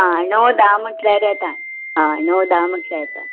आं णव धाक म्हटल्यार येता हय णव धा म्हटल्यार येता